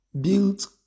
Built